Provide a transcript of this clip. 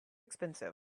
expensive